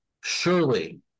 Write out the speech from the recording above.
Surely